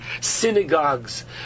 Synagogues